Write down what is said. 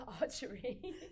archery